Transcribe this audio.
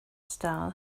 stall